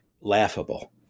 laughable